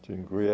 Dziękuję.